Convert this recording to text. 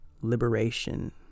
liberation